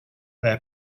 their